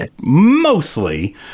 Mostly